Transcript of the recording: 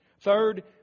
third